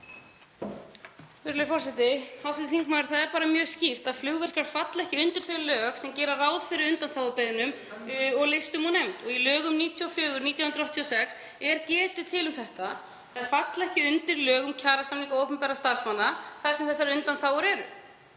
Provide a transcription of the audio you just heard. það er bara mjög skýrt að flugvirkjar falla ekki undir þau lög sem gera ráð fyrir undanþágubeiðnum (Gripið fram í.) og listum og nefnd. Í lögum 94/1986 er getið um þetta, þeir falla ekki undir lög um kjarasamninga opinberra starfsmanna þar sem þessar undanþágur eru.